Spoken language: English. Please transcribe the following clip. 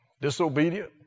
Disobedient